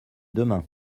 demain